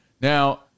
now